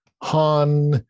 Han